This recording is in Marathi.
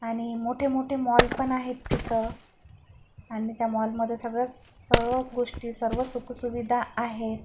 आणि मोठेमोठे मॉलपण आहेत तिथं आणि त्या मॉलमध्ये सगळंच सगळंच गोष्टी सर्वच सुखसुविधा आहेत